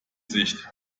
sicht